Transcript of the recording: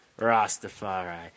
Rastafari